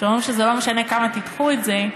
שאומרים: זה לא משנה כמה תדחו את זה,